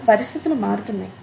కానీ పరిస్థితులు మారుతున్నాయి